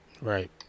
Right